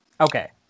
Okay